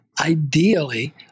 ideally